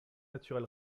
naturel